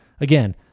again